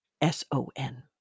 S-O-N